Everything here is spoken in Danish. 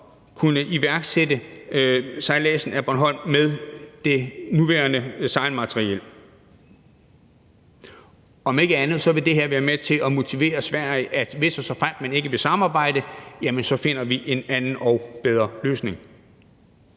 kunne iværksætte sejladsen til Bornholm med det nuværende sejlmateriel. Om ikke andet vil det her være med til at motivere Sverige, for hvis og såfremt man ikke vil samarbejde, så finder vi en anden og bedre løsning.